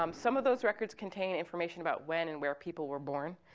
um some of those records contain information about when and where people were born.